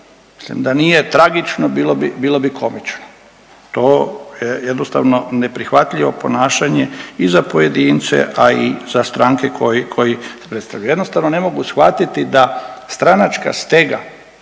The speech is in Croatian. Mislim da nije tragično, bilo bi komično. To jednostavno neprihvatljivo ponašanje i za pojedince, a i za stranke koji predstavljaju. Jednostavno ne mogu shvatiti da stranačka stega